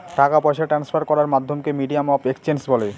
টাকা পয়সা ট্রান্সফার করার মাধ্যমকে মিডিয়াম অফ এক্সচেঞ্জ বলে